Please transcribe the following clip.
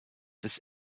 des